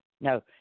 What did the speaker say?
No